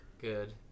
good